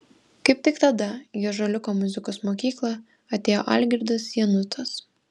kaip tik tada į ąžuoliuko muzikos mokyklą atėjo algirdas janutas